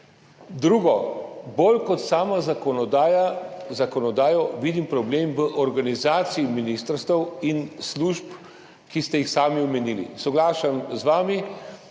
Drugo. Bolj kot s samo zakonodajo vidim problem v organizaciji ministrstev in služb, ki ste jih sami omenili. Soglašam z vami,